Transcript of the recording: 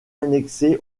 annexé